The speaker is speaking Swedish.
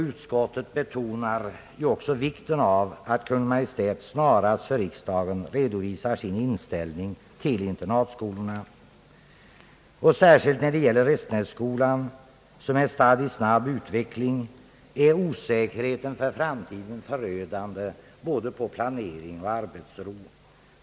Utskottet betonar också vikten av att Kungl. Maj:t snarast för riksdagen redovisar sin inställning till internatskolorna. Särskilt när det gäller Restenässkolan, som är stadd i snabb utveckling, är osäkerheten för framtiden förödande både i fråga om planering och arbetsro.